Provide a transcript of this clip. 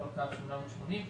לכל קו 880 שקלים.